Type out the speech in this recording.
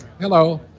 hello